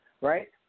right